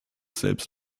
selbst